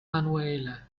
manuela